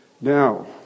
now